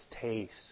taste